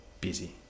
busy